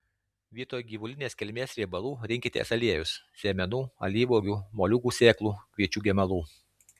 vietoj gyvulinės kilmės riebalų rinkitės aliejus sėmenų alyvuogių moliūgų sėklų kviečių gemalų